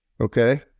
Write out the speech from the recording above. Okay